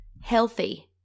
healthy